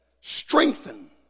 strengthen